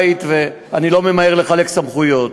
ואני לא ממהר לחלק סמכויות.